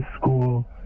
school